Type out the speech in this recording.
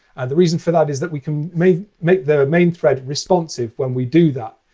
and the reason for that is that we can make make the main thread responsive when we do that